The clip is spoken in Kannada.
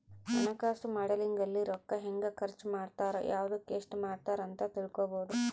ಹಣಕಾಸು ಮಾಡೆಲಿಂಗ್ ಅಲ್ಲಿ ರೂಕ್ಕ ಹೆಂಗ ಖರ್ಚ ಮಾಡ್ತಾರ ಯವ್ದುಕ್ ಎಸ್ಟ ಮಾಡ್ತಾರ ಅಂತ ತಿಳ್ಕೊಬೊದು